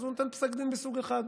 ואז הוא נותן פסק דין מסוג אחד,